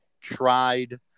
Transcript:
tried